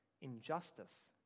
injustice